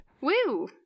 Woo